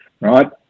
right